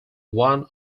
one